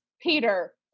peter